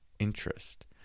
interest